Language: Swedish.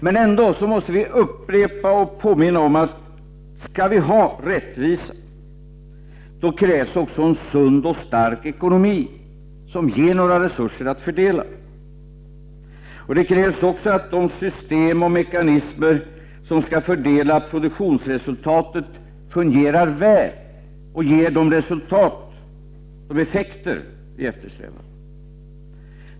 Men ändå måste vi påminna om och upprepa att det för att vi skall kunna åstadkomma rättvisa också krävs en sund och stark ekonomi, som ger några resurser att fördela. Det krävs också att de system och mekanismer som skall fördela produktionsresultatet fungerar väl och ger de effekter som vi eftersträvar.